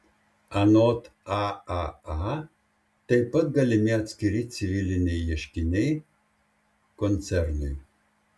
anot aaa taip pat galimi atskiri civiliniai ieškiniai koncernui